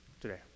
today